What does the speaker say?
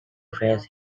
phrase